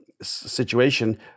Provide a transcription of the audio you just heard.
Situation